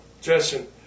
Justin